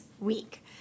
week